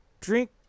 Drink